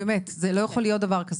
לא יכול להיות דבר כזה.